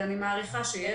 אני מעריכה שיש,